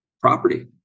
property